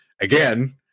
again